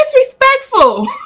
Disrespectful